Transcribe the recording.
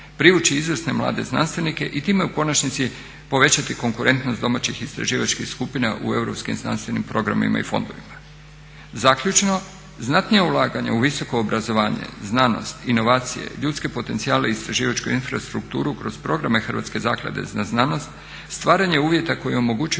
privući izvrsne mlade znanstvenike i time u konačnici povećati konkurentnost domaćih istraživačkih skupina u europskim znanstvenim programima i fondovima. Zaključno, znatnija ulaganja u visoko obrazovanje, znanost, inovacije, ljudske potencijale i istraživačku infrastrukturu kroz programe Hrvatske zaklade za znanost, stvaranje uvjeta koji omogućuju